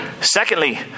Secondly